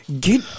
Get